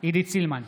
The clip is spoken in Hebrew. עידית סילמן,